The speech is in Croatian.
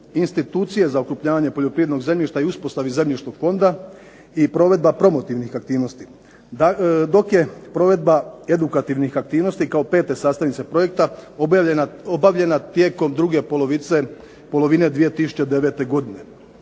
institucije za okrupnjavanje poljoprivrednog zemljišta i uspostavi zemljišnog fonda, i provedba promotivnih aktivnosti, dok je provedba edukativnih aktivnosti kao pete sastavnice projekta obavljena tijekom druge polovine 2009. godine.